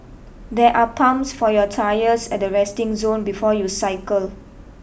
there are pumps for your tyres at the resting zone before you cycle